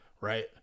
right